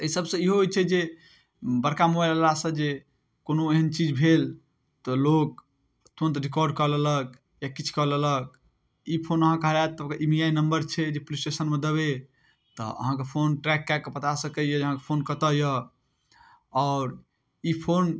एहि सबसँ इहो होइ छै जे बड़का मोबाइल रहलासँ जे कोनो एहन चीज भेल तऽ लोक तुरन्त रिकार्ड कऽ लेलक या किछु कऽ लेलक ई फोन अहाँके हेराएत तऽ ओकर ई एम आइ नम्बर छै जे पुलिस स्टेशनमे देबै तऽ अहाँके फोन ट्रैक कऽ कऽ बता सकैए जे अहाँके फोन कतऽ अइ आओर ई फोन